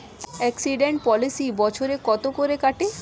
Accident policy বছরে কত করে কাটে?